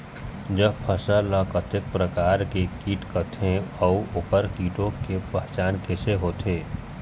जब फसल ला कतेक प्रकार के कीट लगथे अऊ ओकर कीटों के पहचान कैसे होथे?